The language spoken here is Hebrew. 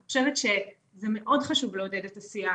אני חושבת שזה מאוד חשוב לעודד את השיח